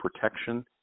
protection